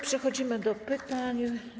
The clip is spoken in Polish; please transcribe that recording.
Przechodzimy do pytań.